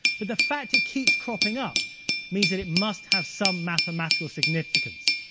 but the fact it keeps cropping up means that it must have some mathematical significance,